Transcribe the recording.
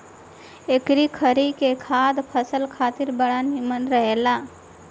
एकरी खरी के खाद फसल खातिर बड़ा निमन रहेला